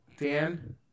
Dan